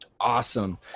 Awesome